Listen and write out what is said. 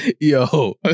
Yo